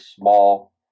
small